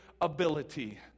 ability